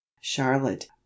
charlotte